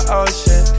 ocean